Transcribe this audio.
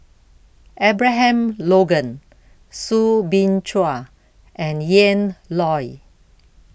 Abraham Logan Soo Bin Chua and Ian Loy